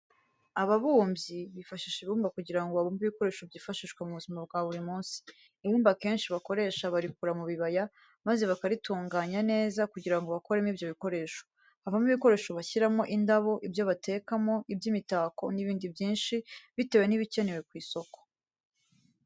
Ababumbyi bifashisha ibumba kugira ngo babumbe ibikoresho byifashishwa mu buzima bwa buri munsi. Ibumba akenshi bakoresha barikura mu bibaya maze bakaritunganya neza kugira ngo bakoremo ibyo bikoresho. Havamo ibikoresho bashyiramo indabo, ibyo batekamo, iby'imitako n'ibindi byinshi, bitewe n'ibikenewe ku isoko.